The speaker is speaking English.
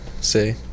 See